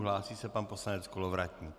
Hlásí se pan poslanec Kolovratník.